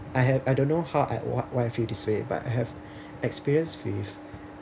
I have I don't know how at what I why I feel this way but I have experience with